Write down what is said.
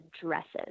dresses